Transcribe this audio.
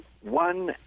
one